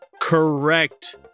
correct